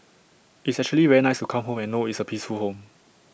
it's actually very nice to come home and know it's A peaceful home